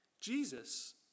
Jesus